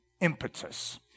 impetus